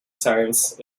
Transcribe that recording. science